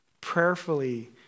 prayerfully